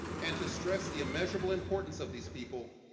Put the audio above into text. and to stress the immeasurable importance of these people,